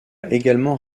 également